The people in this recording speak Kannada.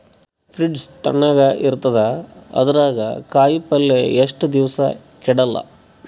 ಫ್ರಿಡ್ಜ್ ತಣಗ ಇರತದ, ಅದರಾಗ ಕಾಯಿಪಲ್ಯ ಎಷ್ಟ ದಿವ್ಸ ಕೆಡಲ್ಲ?